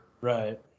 Right